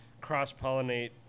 cross-pollinate